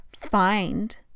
find